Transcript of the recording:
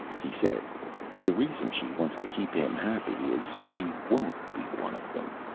he said the reason she wants to keep him happy is so she won't be one of them.